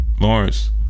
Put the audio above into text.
Lawrence